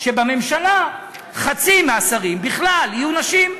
שבממשלה חצי מהשרים, בכלל, יהיו נשים.